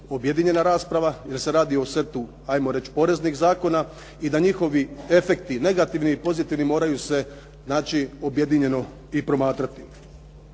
objedinjena rasprava jer se radi o setu, ajmo reći poreznih zakona i da njihovi efekti negativni i pozitivni moraju se naći objedinjeno i promatrati.